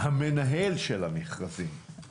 המנהל של המכרזים.